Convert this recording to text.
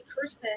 person